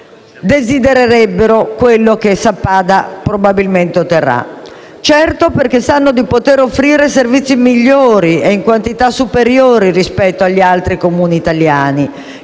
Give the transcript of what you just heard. di richiedere quello che Sappada probabilmente otterrà. Certo: sanno che potrebbero offrire servizi migliori e in quantità superiori rispetto agli altri Comuni italiani